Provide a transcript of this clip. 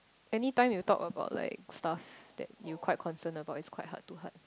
anytime you talk about like stuff that you quite concerned about is quite heart to heart